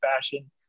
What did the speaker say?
fashion